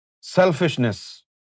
selfishness